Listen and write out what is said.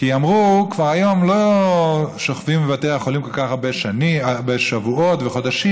כי אמרו: היום כבר לא שוכבים בבתי החולים כל כך הרבה שבועות וחודשים,